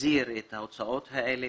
להחזיר את ההוצאות האלה,